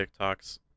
TikToks